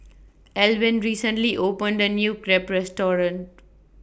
Alwin recently opened The New Crepe Restaurant